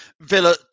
Villa